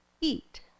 eat